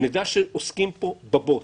נדע שעוסקים פה בבוץ,